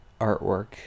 artwork